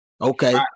Okay